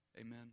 Amen